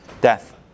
death